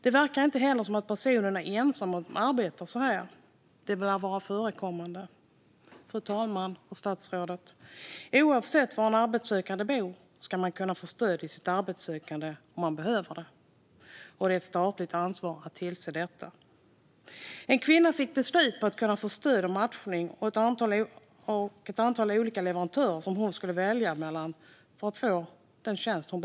Det verkar inte heller som att personen är ensam om att arbeta så här. Det lär vara något som förekommer. Fru talman! Statsrådet säger i sitt interpellationssvar: "Oavsett var en arbetssökande bor ska man kunna få stöd i sitt arbetssökande om man behöver det, och det är ett statligt ansvar att tillse detta." En kvinna fick beslut om att kunna få stöd och matchning. Hon skulle välja mellan ett antal olika leverantörer för att få den tjänst hon behövde. Sedan tog det tid.